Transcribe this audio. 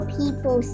people